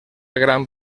gran